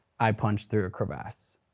i punch through a crevasse.